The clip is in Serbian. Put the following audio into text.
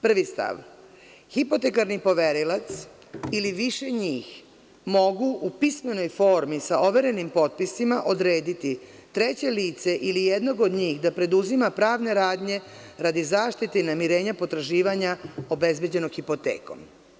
Prvi stav – hipotekarni poverilac ili više njih, mogu u pismenoj formi sa overenim potpisima odrediti treće lice ili jednog od njih da preduzima pravne radnje radi zaštite namirenja potraživanja obezbeđenog hipotekom.